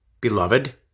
Beloved